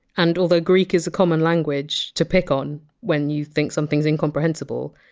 and although greek is a common language to pick on when you think something's incomprehensible,